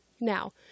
Now